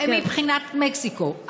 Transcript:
בסדר, מבחינת מקסיקו.